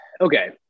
okay